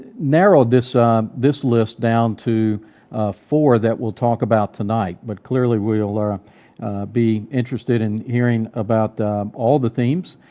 narrowed this ah um this list down to four that we'll talk about tonight, tonight, but clearly we all are be interested in hearing about all the themes,